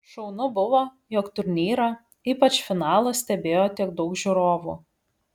šaunu buvo jog turnyrą ypač finalą stebėjo tiek daug žiūrovų